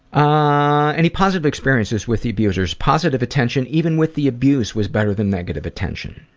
ah any positive experiences with the abusers? positive attention even with the abuse was better than negative attention.